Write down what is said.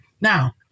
Now